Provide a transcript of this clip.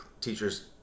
teacher's